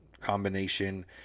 combination